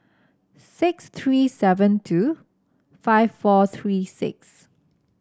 six three seven two five four three six